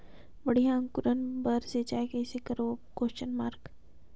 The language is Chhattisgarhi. बढ़िया अंकुरण बर सिंचाई कइसे करबो?